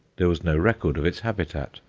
there was no record of its habitat.